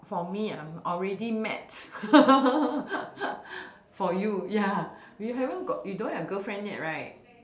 for me ah I already met for you ya you haven't got you don't have girlfriend yet right